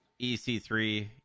EC3